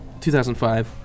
2005